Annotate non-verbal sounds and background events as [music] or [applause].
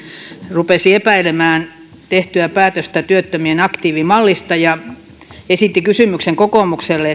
rupesi epäilemään tehtyä päätöstä työttömien aktiivimallista ja esitti kokoomukselle [unintelligible]